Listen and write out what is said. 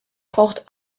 braucht